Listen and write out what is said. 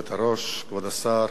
חברי חברי הכנסת,